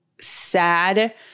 sad